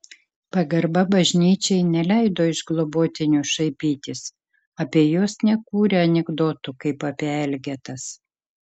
pagarba bažnyčiai neleido iš globotinių šaipytis apie juos nekūrė anekdotų kaip apie elgetas